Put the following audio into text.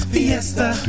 Fiesta